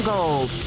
Gold